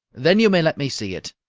then you may let me see it.